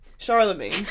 Charlemagne